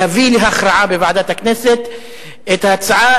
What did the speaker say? להביא להכרעה בוועדת הכנסת את ההצעה